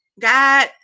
God